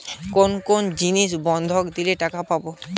কোন কোন জিনিস বন্ধক দিলে টাকা পাব?